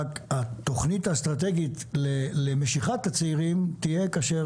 רק התוכנית האסטרטגית למשיכת הצעירים תהיה כאשר